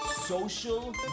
Social